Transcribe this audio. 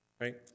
Right